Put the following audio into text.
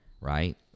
right